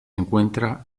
encuentra